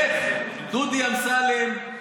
איך דודי אמסלם,